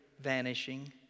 vanishing